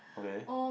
okay